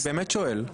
אני באמת שואל.